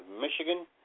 Michigan